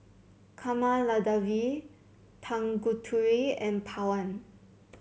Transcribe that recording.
Kamaladevi Tanguturi and Pawan